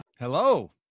Hello